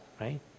right